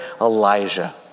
Elijah